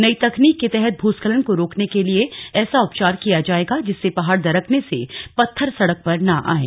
नई तकनीक के तहत भूस्खलन को रोकने के लिए ऐसा उपचार किया जायेगा जिससे पहाड़ दरकने से पत्थर सड़क पर न आएं